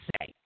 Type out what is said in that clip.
say